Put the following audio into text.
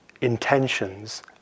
intentions